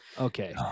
Okay